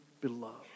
beloved